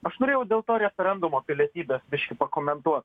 aš norėjau dėl to referendumo pilietybės biškį pakomentuot